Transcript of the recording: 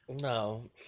No